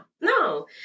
no